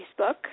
Facebook